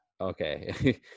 Okay